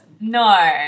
No